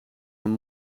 een